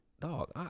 dog